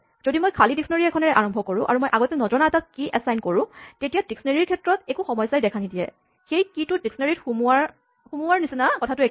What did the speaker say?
যদি মই খালী ডিস্কনেৰীঅভিধানএখনেৰে আৰম্ভ কৰোঁ আৰু মই আগতে নজনা এটা কীচাবি এচাইন কৰোঁ তেতিয়া ডিস্কনেৰীঅভিধানৰ ক্ষেত্ৰত একো সমস্যাই দেখা নিদিয়ে সেই কীচাবিটো ডিস্কনেৰীঅভিধানত সোমোওৱাৰ নিচিনা একেই কথাই